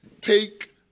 take